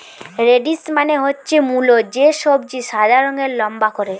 radish মানে হচ্ছে মুলো, যে সবজি সাদা রঙের লম্বা করে